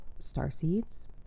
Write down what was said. starseeds